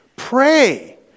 Pray